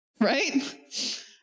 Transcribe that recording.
Right